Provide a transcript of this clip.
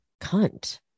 cunt